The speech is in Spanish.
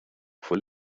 fue